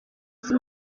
isi